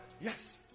yes